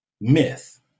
myth